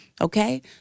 Okay